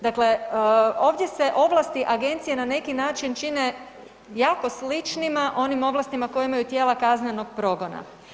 Dakle, ovdje se ovlasti Agencije na neki način čine jako sličnima onim ovlastima koje imaju tijela kaznenog progona.